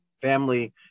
family